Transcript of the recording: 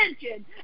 attention